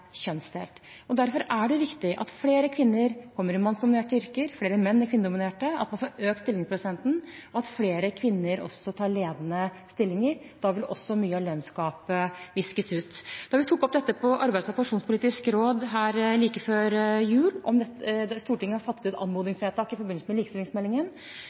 kjønnsdelt. Derfor er det viktig at flere kvinner kommer i mannsdominerte yrker og flere menn i kvinnedominerte, at man får økt stillingsprosenten, og at flere kvinner også tar ledende stillinger. Da vil mye av lønnsgapet viskes ut. Jeg tok opp i Arbeidslivs- og pensjonspolitisk råd like før jul at Stortinget har fattet et anmodningsvedtak i forbindelse med likestillingsmeldingen.